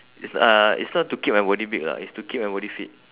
it's uh it's not to keep my body big lah it's to keep my body fit